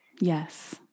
yes